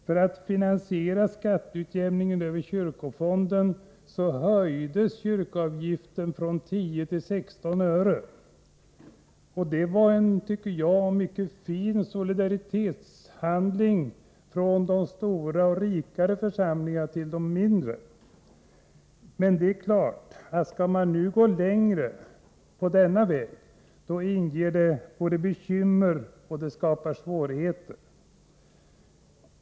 För att finansiera skatteutjämningen över kyrkofonden höjdes kyrkoavgiften från 10 öre till 16 öre. Det var en, tycker jag, mycket fin solidaritetshandling från de stora och rika församlingarna till de mindre. Men skall man nu gå längre på denna väg inger det bekymmer och skapar svårigheter.